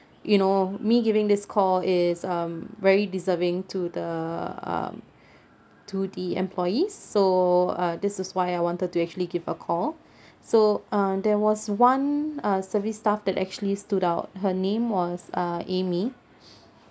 you know me giving this call is um very deserving to the um to the employees so uh this is why I wanted to actually give a call so uh there was one uh service staff that actually stood out her name was uh amy